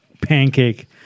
pancake